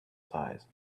size